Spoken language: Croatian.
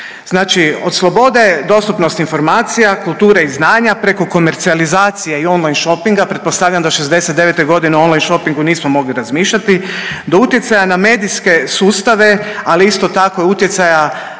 Znači od slobode dostupnosti informacija, kulture i znanja preko komercijalizacija i on-line shopinga. Pretpostavljam da '69. on-line shopingu nismo mogli razmišljati do utjecaja na medijske sustave, ali isto tako utjecaja